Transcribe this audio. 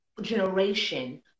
generation